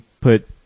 put